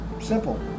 Simple